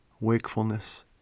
wakefulness